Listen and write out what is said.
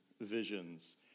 visions